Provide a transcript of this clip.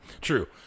true